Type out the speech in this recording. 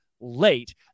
late